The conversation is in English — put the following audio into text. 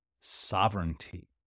sovereignty